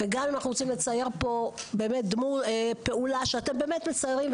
ואם אנחנו רוצים לצייר פה פעולה שאתם מציירים,